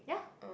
ya